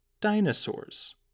dinosaurs